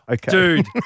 Dude